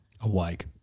awake